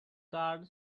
car